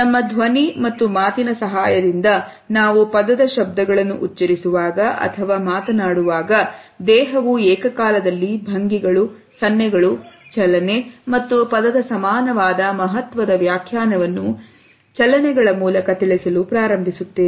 ನಮ್ಮ ಧ್ವನಿ ಮತ್ತು ಮಾತಿನ ಸಹಾಯದಿಂದ ನಾವು ಪದದ ಶಬ್ದಗಳನ್ನು ಉಚ್ಚರಿಸುವಾಗ ಅಥವಾ ಮಾತನಾಡುವಾಗ ದೇಹವು ಏಕಕಾಲದಲ್ಲಿ ಭಂಗಿಗಳು ಸನ್ನೆಗಳು ಚಲನೆ ಮತ್ತು ಪದದ ಸಮಾನವಾದ ಮಹತ್ವದ ವ್ಯಾಖ್ಯಾನವನ್ನು ಚಲನೆಗಳ ಮೂಲಕ ತಿಳಿಸಲು ಪ್ರಾರಂಭಿಸುತ್ತೇವೆ